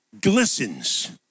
glistens